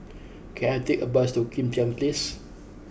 can I take a bus to Kim Tian Place